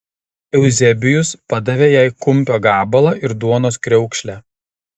euzebijus padavė jai kumpio gabalą ir duonos kriaukšlę